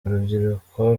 urubyiruko